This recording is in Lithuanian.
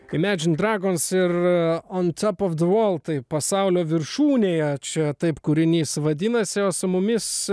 imedžin dragons ir on top of de vorl tai pasaulio viršūnėje čia taip kūrinys vadinasi o su mumis